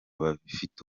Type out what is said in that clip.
bafite